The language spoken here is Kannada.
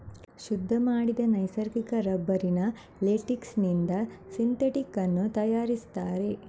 ಶುದ್ಧ ಮಾಡಿದ ನೈಸರ್ಗಿಕ ರಬ್ಬರಿನ ಲೇಟೆಕ್ಸಿನಿಂದ ಸಿಂಥೆಟಿಕ್ ಅನ್ನು ತಯಾರಿಸ್ತಾರೆ